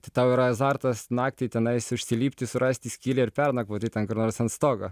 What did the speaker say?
tai tau yra azartas naktį tenais užsilipti surasti skylę ir pernakvoti ten kur nors ant stogo